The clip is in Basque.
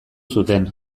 zuten